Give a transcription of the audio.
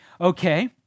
Okay